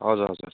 हजुर हजुर